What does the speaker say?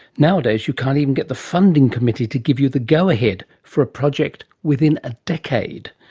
nowadays you can't even get the funding committee to give you the go ahead for a project within a decade.